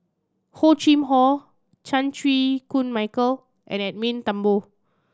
Hor Chim Or Chan Chew Koon Michael and Edwin Thumboo